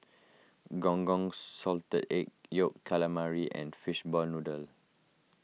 Gong Gong Salted Egg Yolk Calamari and Fishball Noodle